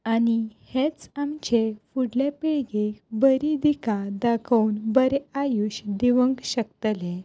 आनी हेच आमचे फुडले पिळगेक बरी दिका दाखोवन बरें आयुश्य दिवंक शकतले